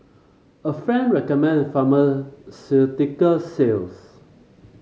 a friend recommend pharmaceutical sales